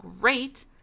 great